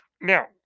Now